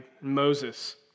Moses